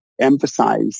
emphasize